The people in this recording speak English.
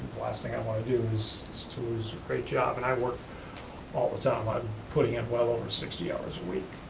last thing i want to do is to lose a great job. and i work all the time, i'm putting in well over sixty hours a week.